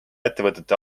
ettevõtete